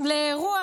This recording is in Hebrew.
לאירוע